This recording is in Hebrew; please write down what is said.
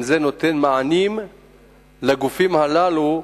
אם הוא נותן מענים לגופים הללו,